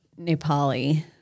Nepali